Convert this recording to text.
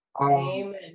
Amen